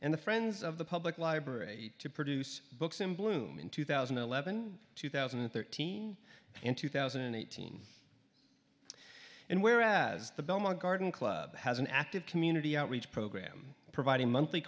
and the friends of the public library to produce books in bloom in two thousand and eleven two thousand and thirteen in two thousand and eighteen and whereas the belmont garden club has an active community outreach program providing monthly